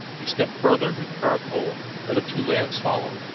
he stepped further into the dark hole, and the other two lads followed.